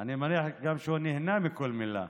אני מניח שהוא גם נהנה מכל מילה.